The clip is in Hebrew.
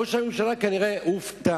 ראש הממשלה כנראה הופתע,